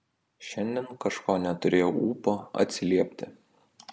šiandien kažko neturėjau ūpo atsiliepti